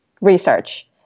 research